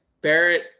Barrett